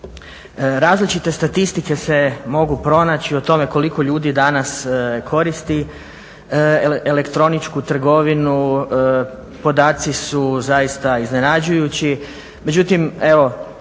Različite statistike se mogu pronaći o tome koliko ljudi danas koristi elektroničku trgovinu. Podaci su zaista iznenađujući, međutim